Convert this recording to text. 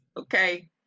Okay